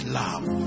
love